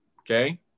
Okay